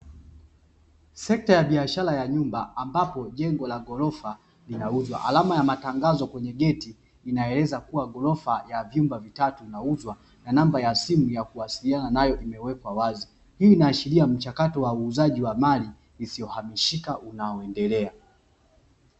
Sekta ya biashara ya nyumba ambapo jengo la ghorofa linauzwa, alama ya matangazo kwenye geti inaeleza kuwa ghorofa ya vyumba vitatu linauzwa na namba ya simu ya kuwasilina nayo imewekwa wazi. Hii inaashiria mchakato wa uuzaji wa mali isiyohamishika unaoendelea.